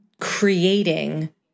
creating